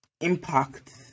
impact